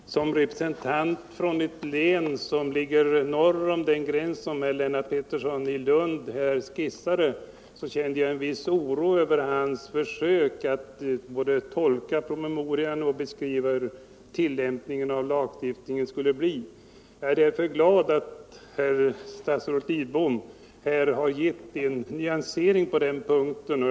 Herr talman! Som representant för ett län som ligger norr om den gräns som herr Lennart Pettersson i Lund skisserade kände jag en viss oro över hans försök både att tolka promemorian och att beskriva hur tillämpningen av lagstiftningen skulle bli. Jag är därför glad att statsrådet Lidbom har givit en nyansering på den punkten.